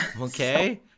Okay